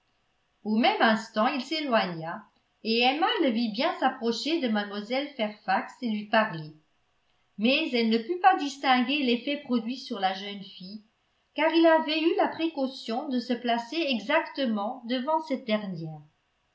au même instant il s'éloigna et emma le vit bien s'approcher de mlle fairfax et lui parler mais elle ne put pas distinguer l'effet produit sur la jeune fille car il avait eu la précaution de se placer exactement devant cette dernière